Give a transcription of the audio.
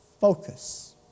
focus